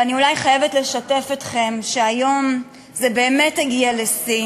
ואני אולי חייבת לשתף אתכם שהיום זה באמת הגיע לשיא,